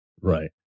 Right